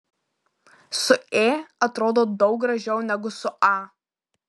su ė atrodo daug gražiau negu su a